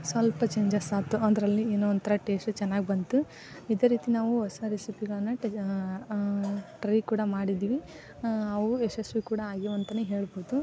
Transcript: ಸ್ವಲ್ಪ ಚೇಂಜಸ್ ಆಯ್ತು ಒಂದರಲ್ಲಿ ಏನೋ ಒಂಥರ ಟೇಸ್ಟ್ ಚೆನ್ನಾಗಿ ಬಂತು ಇದೇ ರೀತಿ ನಾವು ಹೊಸ ರೆಸಿಪಿಗಳನ್ನು ಟೇ ಟ್ರೈ ಕೂಡ ಮಾಡಿದ್ದೀವಿ ಅವು ಯಶಸ್ವಿ ಕೂಡ ಆಗಿವೆ ಅಂತಲೇ ಹೇಳ್ಬೋದು